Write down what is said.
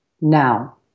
now